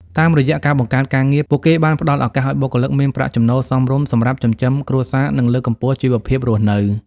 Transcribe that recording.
តាមរយៈការបង្កើតការងារ ពួកគេបានផ្ដល់ឱកាសឱ្យបុគ្គលិកមានប្រាក់ចំណូលសមរម្យសម្រាប់ចិញ្ចឹមគ្រួសារ និងលើកកម្ពស់ជីវភាពរស់នៅ។